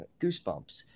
goosebumps